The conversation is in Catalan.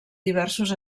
diversos